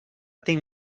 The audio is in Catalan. tinc